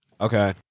Okay